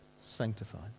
sanctified